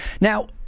now